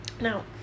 Now